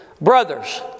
Brothers